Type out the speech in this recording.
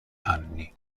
anni